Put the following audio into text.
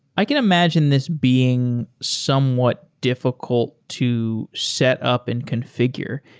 i can imagine this being somewhat difficult to set up and configure.